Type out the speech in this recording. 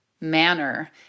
manner